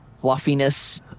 fluffiness